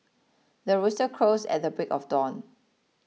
the rooster crows at the break of dawn